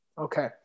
Okay